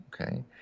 Okay